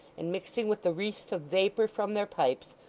and mixing with the wreaths of vapour from their pipes,